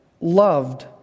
loved